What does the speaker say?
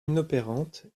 inopérante